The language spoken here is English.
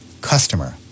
customer